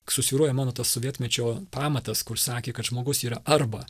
susvyruoja mano tas sovietmečio pamatas kur sakė kad žmogus yra arba